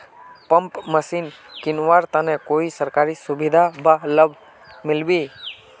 Pump machine किनवार तने कोई सरकारी सुविधा बा लव मिल्बी?